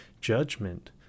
Judgment